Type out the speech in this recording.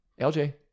LJ